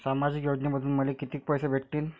सामाजिक योजनेमंधून मले कितीक पैसे भेटतीनं?